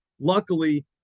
Luckily